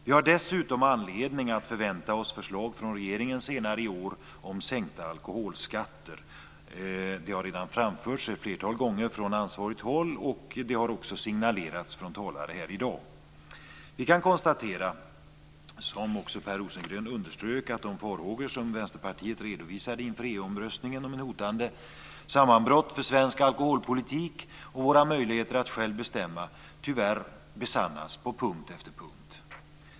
Vi har dessutom anledning att förvänta oss förslag från regeringen senare i år om sänkta alkholskatter - det har redan framförts ett flertal gånger från ansvarigt håll. Det har också signalerats från talare här i dag. Vi kan konstatera, som Per Rosengren underströk, att de farhågor som Vänsterpartiet redovisade inför EU-omröstningen om ett hotande sammanbrott för svensk alkoholpolitik och våra möjligheter att själva bestämma tyvärr besannats på punkt efter punkt.